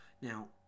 Now